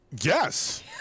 Yes